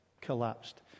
collapsed